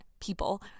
people